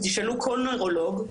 תשאלו כל נוירולוג,